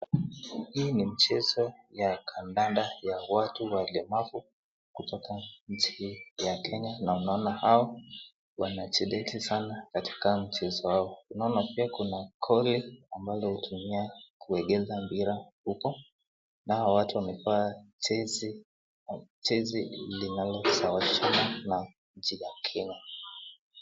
Hii ni mchezo wa kandanda kwa watu walemavu kutoka nchi ya Kenya na unaona hao wanashiriki sana katika mchezo wao. Tunaona pia kuna goli ambalo hutumiwa kuegeza mpira huko nao watu wamevaa jezi inayo fanana na nchi ya Kenya.